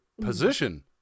position